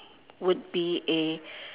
would be a